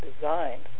designed